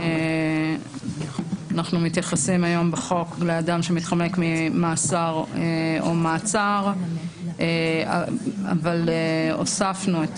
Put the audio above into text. בחוק היום אנחנו מתייחסים שמתחמק ממאסר או מעצר אבל הוספנו את